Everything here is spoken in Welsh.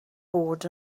bod